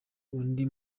undi